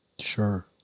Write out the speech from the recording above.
Sure